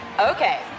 Okay